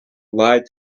lied